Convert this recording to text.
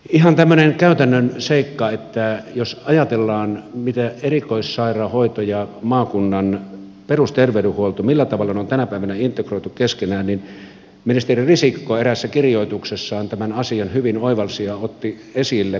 ihan tämmöinen käytännön seikka että jos ajatellaan miten erikoissairaanhoito ja maakunnan perusterveydenhuolto on tänä päivänä integroitu keskenään niin ministeri risikko eräässä kirjoituksessaan tämän asian hyvin oivalsi ja otti esille